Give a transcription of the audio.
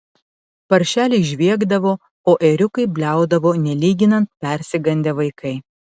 paršeliai žviegdavo o ėriukai bliaudavo nelyginant persigandę vaikai